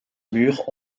mur